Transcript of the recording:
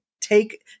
take